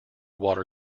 water